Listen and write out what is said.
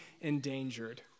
endangered